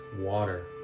water